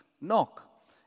knock